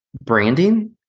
branding